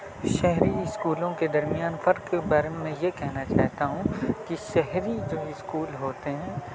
شہری اسکولوں کے درمیان فرق کے بارے میں یہ کہنا چاہتا ہوں کہ شہری جو اسکول ہوتے ہیں